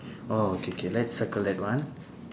oh K K let's circle that one